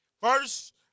First